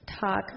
talk